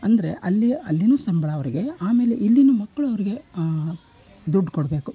ಅಂದರೆ ಅಲ್ಲಿಯ ಅಲ್ಲಿಯೂ ಸಂಬಳ ಅವರಿಗೆ ಆಮೇಲೆ ಇಲ್ಲಿನೂ ಮಕ್ಕಳು ಅವರಿಗೆ ದುಡ್ಡು ಕೊಡಬೇಕು